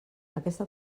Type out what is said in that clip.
aquesta